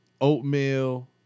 oatmeal